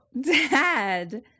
Dad